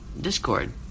Discord